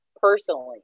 personally